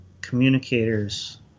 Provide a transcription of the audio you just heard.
Communicators